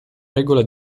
regola